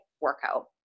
workout